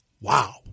Wow